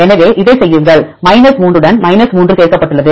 எனவே இதைச் செய்யுங்கள் 3 உடன் 3 சேர்க்கப்பட்டுள்ளது